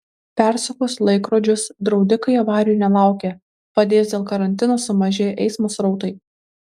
persukus laikrodžius draudikai avarijų nelaukia padės dėl karantino sumažėję eismo srautai